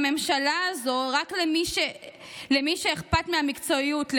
כי בממשלה הזאת רק למי שאכפת מהמקצועיות,